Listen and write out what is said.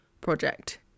project